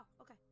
okay